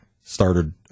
started